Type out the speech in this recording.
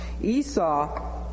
Esau